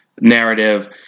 narrative